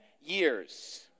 years